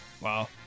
Wow